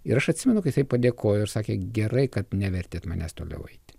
ir aš atsimenu kad jisai padėkojo ir sakė gerai kad nevertėt manęs toliau eiti